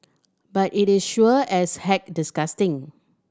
but it is sure as heck disgusting